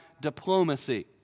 diplomacy